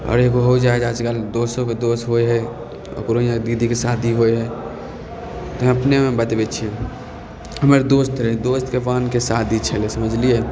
आर एगो हो जा है आजकल दोसोके दोस होइ है ओकरो यहाँ दीदीके शादी होइ है हम अपनेमे बतबै छी हमर दोस्त है दोस्तके बहनके शादी छलै समझलियै